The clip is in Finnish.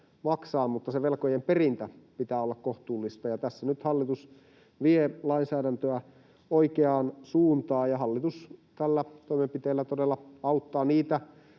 mutta se velkojen perintä pitää olla kohtuullista. Tässä nyt hallitus vie lainsäädäntöä oikeaan suuntaan, ja hallitus tällä toimenpiteellä